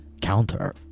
counter